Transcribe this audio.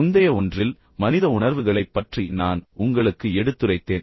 முந்தைய ஒன்றில் மனித உணர்வுகளைப் பற்றி நான் உங்களுக்கு எடுத்துரைத்தேன்